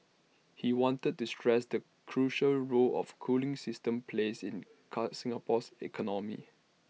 he wanted to stress the crucial role of cooling system plays in car Singapore's economy